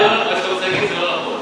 מה שאתה רוצה להגיד זה לא נכון.